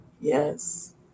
yes